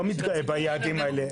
אבל אני לא מתגאה ביעדים האלה.